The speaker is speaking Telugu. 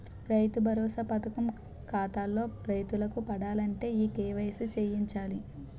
రైతు భరోసా పథకం ఖాతాల్లో రైతులకు పడాలంటే ఈ కేవైసీ చేయించాలి